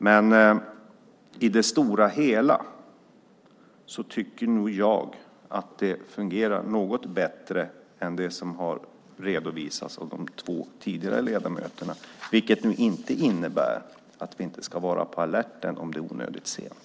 Men i det stora hela tycker nog jag att det fungerar något bättre än vad som har redovisats av de två tidigare ledamöterna, vilket nu inte innebär att vi inte ska vara på alerten om det är onödigt sent.